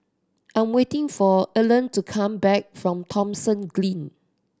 I'm waiting for Erlene to come back from Thomson Green